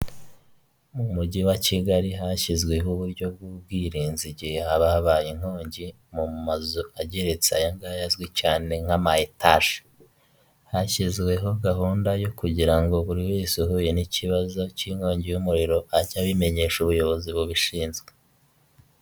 Umugabo wambaye ingofero y'ubururu amadarubindi, uri guseka wambaye umupira wumweru ndetse ufite mudasobwa mu ntoki ze. Ari ku gapapuro k'ubururu kandidikishijweho amagambo yumweru ndetse n'ayumuhondo yanditswe mu kirimi cyamahanga cyicyongereza.